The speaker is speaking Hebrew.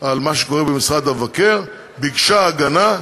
על מה שקורה במשרד המבקר, ביקשה הגנה,